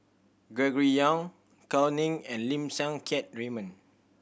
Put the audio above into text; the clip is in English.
Gregory Yong Gao Ning and Lim Siang Keat Raymond